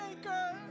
maker